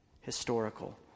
Historical